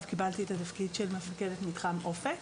קיבלתי את התפקיד של מפקדת מתחם אופק.